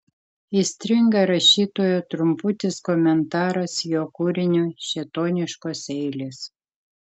įstringa rašytojo trumputis komentaras jo kūriniui šėtoniškos eilės